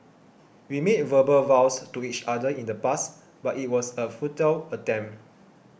we made verbal vows to each other in the past but it was a futile attempt